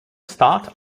start